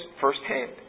firsthand